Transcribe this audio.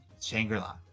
Shangri-La